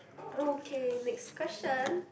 okay next question